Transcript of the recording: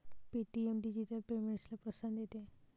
Paytm digital पेमेंट्सला प्रोत्साहन देते